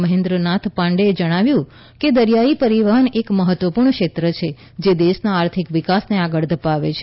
મહેન્દ્ર નાથ પાંડેએ જણાવ્યું કે દરિયાઇ પરિવહન એ એક મહત્વપૂર્ણ ક્ષેત્ર છે જે દેશના આર્થિક વિકાસને આગળ ધપાવે છે